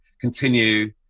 continue